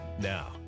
Now